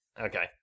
Okay